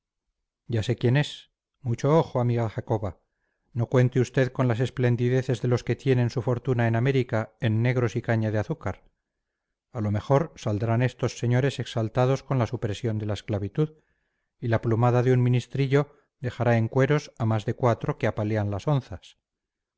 ya sé quién es mucho ojo amiga jacoba no cuente usted con las esplendideces de los que tienen su fortuna en américa en negros y caña de azúcar a lo mejor saldrán estos señores exaltados con la supresión de la esclavitud y la plumada de un ministrillo dejará en cueros a más de cuatro que apalean las onzas